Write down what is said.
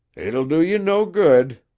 it'll do you no good,